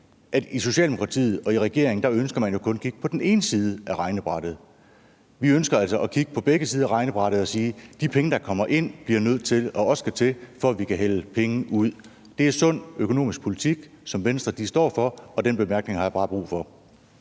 i Socialdemokratiet og i regeringen kun ønsker at kigge på den ene side af regnebrættet. Vi ønsker altså at kigge på begge sider af regnebrættet og sige, at de penge, der kommer ind, bliver nødt til også at skulle til, for at vi kan hælde penge ud. Det er sund økonomisk politik, som Venstre står for. Og den bemærkning har jeg bare brug for